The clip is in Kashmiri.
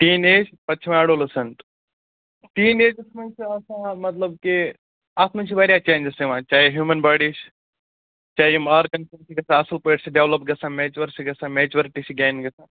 ٹیٖن ایج پَتہٕ چھِ یِوان اَیڈولِسَنٛٹ ٹیٖن ایجَس منٛز چھِ آسان مطلب کہ اَتھ منٛز چھِ واریاہ چینٛجِز یِوَان چاہے ہیوٗمَن باڈی چھِ چاہے یِم آرگَن چھِ تِم چھِ گژھان اَصٕل پٲٹھۍ چھِ ڈیولَپ گژھان میچُوَر چھِ گژھان میچُوَرٹی چھِ گین گژھان